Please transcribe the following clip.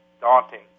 daunting